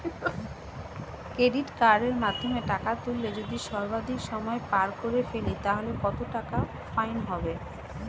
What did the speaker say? Credit কার্ডের মাধ্যমে টাকা তুললে যদি সর্বাধিক সময় পার করে ফেলি তাহলে কত টাকা ফাইন হবে?